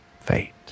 fate